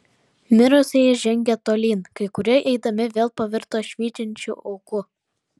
mirusieji žengė tolyn kai kurie eidami vėl pavirto švytinčiu ūku